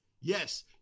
yes